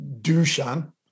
Dushan